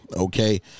Okay